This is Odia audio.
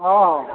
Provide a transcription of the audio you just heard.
ହଁ ହଁ